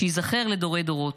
שייזכר לדורי-דורות,